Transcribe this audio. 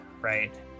right